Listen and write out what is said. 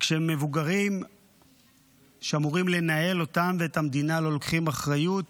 וכשהמבוגרים שאמורים לנהל אותם ואת המדינה לא לוקחים אחריות,